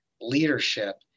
leadership